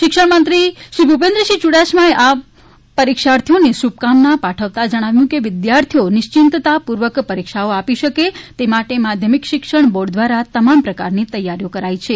શિક્ષણમંત્રી શ્રીભૂપેન્દ્રસિંહ યુડાસમાએ આ પરીક્ષાર્થીઓને શુભકામના પાઠવતા જણાવ્યું છે કે વિદ્યાર્થીઓ નિશ્ચિતતાપૂર્વક પરીક્ષાઓ આપી શકે તે માટે માઘ્યમમિક શિક્ષણ બોર્ડ દ્વારા તમામ પ્રકારની તૈયારીઓ કરાઈ છે